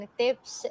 tips